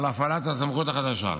על הפעלת הסמכות החדשה.